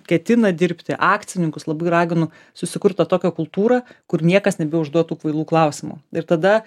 ketina dirbti akcininkus labai raginu susikurt tą tokią kultūrą kur niekas nebeužduotų kvailų klausimų ir tada